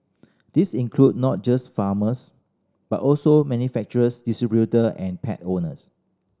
this include not just farmers but also manufacturers distributor and pet owners